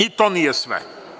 I, to nije sve.